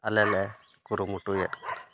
ᱟᱞᱮ ᱞᱮ ᱠᱩᱨᱩᱢᱩᱴᱩᱭᱮᱫ